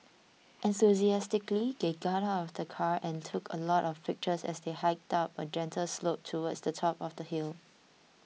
enthusiastically they got out of the car and took a lot of pictures as they hiked up a gentle slope towards the top of the hill